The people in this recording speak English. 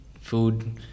food